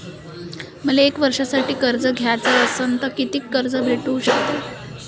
मले एक वर्षासाठी कर्ज घ्याचं असनं त कितीक कर्ज भेटू शकते?